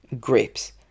grapes